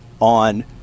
on